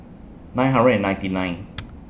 nine hundred and ninety nine